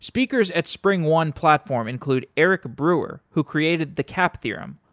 speakers at springone platform include eric brewer, who created the cap theorem,